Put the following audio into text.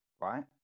right